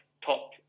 top